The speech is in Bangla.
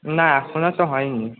না এখনও তো হয়নি